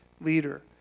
leader